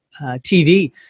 TV